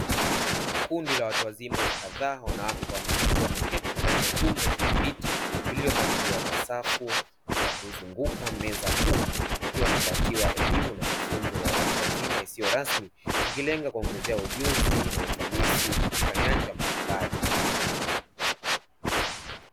Kundi la watu wazima kadhaa, wanawake kwa wanaume, wakiwa wameketi ndani ya chumba chenye viti vilivyopangwa kwa safu za kuzunguka meza kuu, wakiwa wanapatiwa elimu na mafunzo ya watu wazima isiyo rasmi, ikilenga kuwaongezea ujuzi na ufanisi katika nyanja mbalimbali.